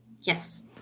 Yes